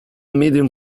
medium